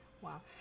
Wow